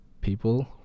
people